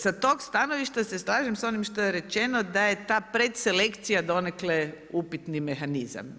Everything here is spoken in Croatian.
Sa tog stanovišta se slažem sa onim što je rečeno da je ta predselekcija donekle upitni mehanizam.